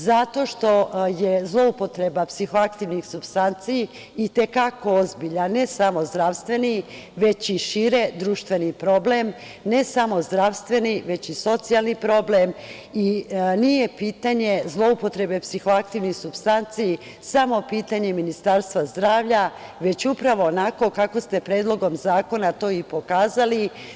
Zato što je zloupotreba psihoaktivnih supstanci i te kako ozbiljan ne samo zdravstveni, već i širi društveni problem ne samo zdravstveni, već i socijalni problem i nije pitanje zloupotrebe psihoaktivnih supstanci samo pitanje Ministarstva zdravlja, već upravo onako kako ste Predlogom zakona to i pokazali.